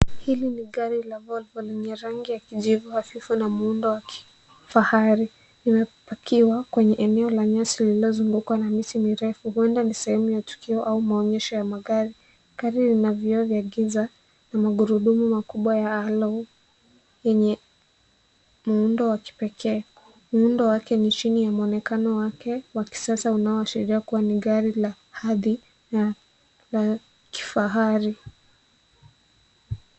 Hili ni gari la Volvo lenye rangi ya kijivu hafifu na muundo wa kifahari. Limepakiwa kwenye eneo la nyasi lililozungukwa na miti mirefu, huenda ni sehemu ya tukio au maonyesho ya magari. Giri lina vioo vya giza na magurudumu makubwa ya alloy yenye muundo wa pekee. Muundo wake ni chini ya muonekano wake wa kisasa unaoashiria kuwa ni gari la hadhi na la kifahari.